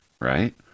right